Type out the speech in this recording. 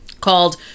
called